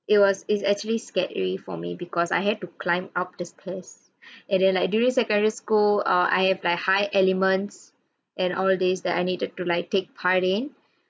it was it's actually scary for me because I had to climb up this place and then like during secondary school err I have like high elements and all this that I needed to like take part in